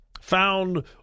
found